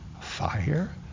fire